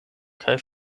kaj